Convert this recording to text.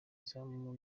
izamu